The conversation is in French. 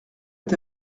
est